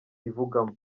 ivugamo